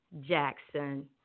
Jackson